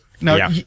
now